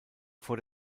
vor